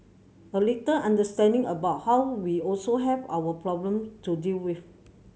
a little understanding about how we also have our problem to deal with